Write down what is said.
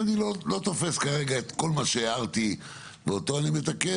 אז אני לא תופס כרגע את כל מה שהערתי ואותו אני מתקן.